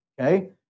Okay